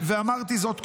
ואמרתי זאת קודם,